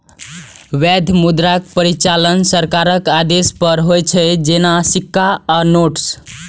वैध मुद्राक परिचालन सरकारक आदेश पर होइ छै, जेना सिक्का आ नोट्स